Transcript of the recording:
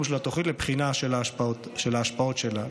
של התוכנית לבחינה של ההשפעות שלה.